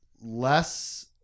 less